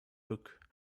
book